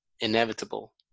inevitable